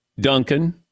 Duncan